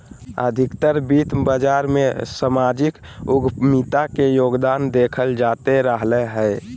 अधिकतर वित्त बाजार मे सामाजिक उद्यमिता के योगदान देखल जाते रहलय हें